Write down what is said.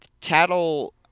Tattle